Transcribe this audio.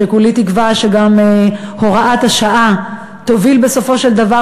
שכולי תקווה שגם הוראת השעה תוביל בסופו של דבר